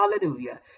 Hallelujah